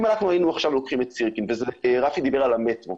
אם אנחנו היינו עכשיו לוקחים את סירקין ורפי דיבר על המטרו